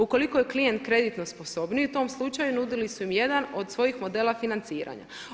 Ukoliko je klijent kreditno sposobniji u tom slučaju nudili su im jedan od svojih modela financiranja.